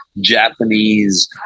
japanese